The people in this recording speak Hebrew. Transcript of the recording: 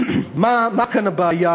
מה כאן הבעיה